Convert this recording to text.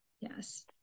yes